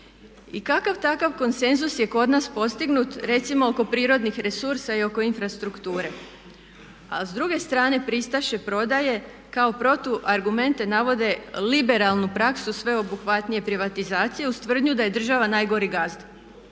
I kakav takav konsenzus je kod nas postignut recimo oko prirodnih resursa i oko infrastrukture, a s druge strane pristaše prodaje kao protu argumente navode liberalnu praksu sveobuhvatnije privatizacije uz tvrdnju da je država najgori gazda.